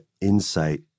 insight